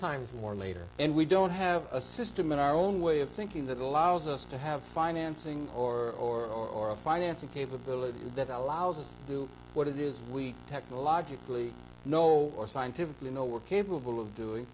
times more later and we don't have a system in our own way of thinking that allows us to have financing or financing capability that allows us to do what it is we technologically know or scientifically know we're capable of doing